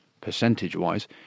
percentage-wise